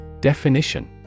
Definition